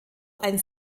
ein